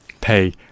pay